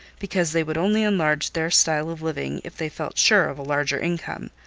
because they would only enlarge their style of living if they felt sure of a larger income,